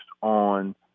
on